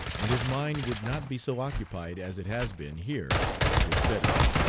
and his mind would not be so occupied as it has been here with studies.